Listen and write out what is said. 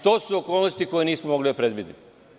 To su okolnosti koje nismo mogli da predvidimo.